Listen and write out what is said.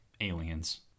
aliens